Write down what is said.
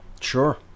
Sure